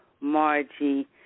Margie